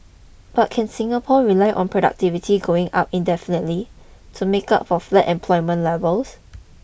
but can Singapore rely on productivity going up indefinitely to make up for flat employment levels